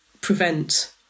prevent